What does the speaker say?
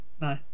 No